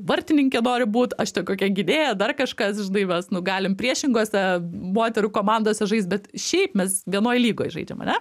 vartininkė nori būt aš ten kokia gynėja dar kažkas žinai mes nu nugalim priešingose moterų komandose žaist bet šiaip mes vienoj lygoj žaidžiam ane